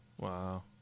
Wow